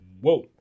Whoa